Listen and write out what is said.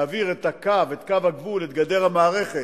להעביר את קו הגבול, את גדר המערכת,